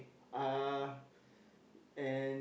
uh and